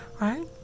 right